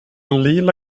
lila